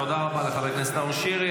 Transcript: --- תודה רבה לחבר הכנסת נאור שירי.